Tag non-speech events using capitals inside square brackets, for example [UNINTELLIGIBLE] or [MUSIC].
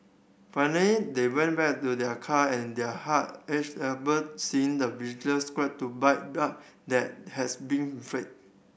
finally they went back to their car and their heart ached upon seeing the [UNINTELLIGIBLE] scratch to bite [UNINTELLIGIBLE] that has been inflict